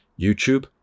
YouTube